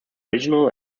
regional